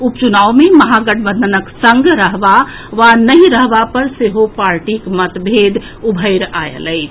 उपच्रनाव मे महागठबंधनक संग रहबा वा नहि रहबा पर सेहो पार्टीक मतभेद उभरि आएल अछि